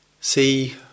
see